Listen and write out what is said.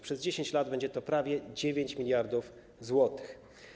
Przez 10 lat będzie to prawie 9 mld zł.